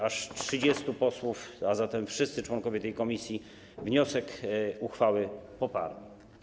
Aż 30 posłów, a zatem wszyscy członkowie tej komisji, wniosek, uchwałę poparło.